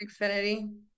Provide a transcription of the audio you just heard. Xfinity